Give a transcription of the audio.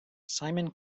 simon